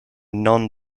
non